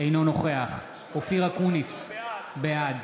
אינו נוכח אופיר אקוניס, בעד